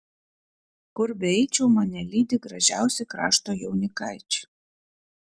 kur beeičiau mane lydi gražiausi krašto jaunikaičiai